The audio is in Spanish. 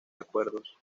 acuerdos